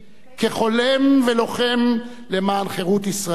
כחולם ולוחם למען חירות ישראל.